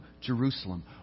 Jerusalem